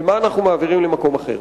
ומה אנחנו מעבירים למקום אחר.